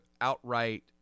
outright